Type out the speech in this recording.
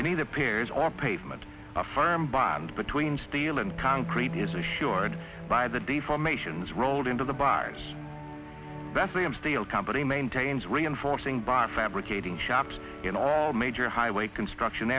either pairs or pavement a firm bond between steel and concrete is assured by the deformations rolled into the bars bethlehem steel company maintains reinforcing bar fabricating shops in all major highway construction